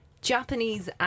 Japanese